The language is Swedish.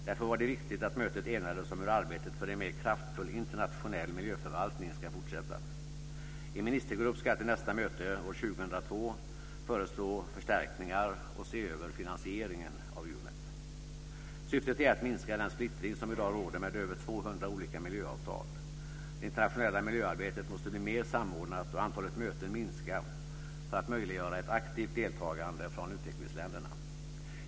Därför var det viktigt att mötet enades om hur arbetet för en mer kraftfull internationell miljöförvaltning ska fortsätta. En ministergrupp ska till nästa möte år 2002 föreslå förstärkningar och se över finansieringen av UNEP. Syftet är att minska den splittring som i dag råder med över 200 olika miljöavtal. Det internationella miljöarbetet måste bli mer samordnat och antalet möten minska för att möjliggöra ett aktivt deltagande från utvecklingsländerna.